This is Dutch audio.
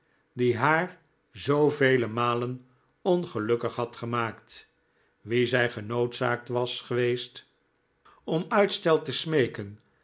die haar zoovele malen ongelukkig had gemaakt wie zij genoodzaakt was geweest om uitstel te smeeken